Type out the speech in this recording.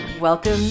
welcome